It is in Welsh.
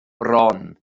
bron